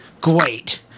Great